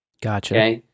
Gotcha